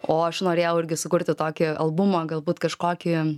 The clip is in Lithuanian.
o aš norėjau irgi sukurti tokį albumą galbūt kažkokį